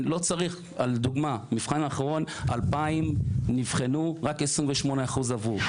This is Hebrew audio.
לדוגמה, במבחן האחרון 2,000 נבחנו ורק 28% עברו.